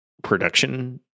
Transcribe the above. production